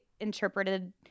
interpreted